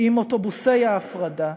עם אוטובוסי ההפרדה.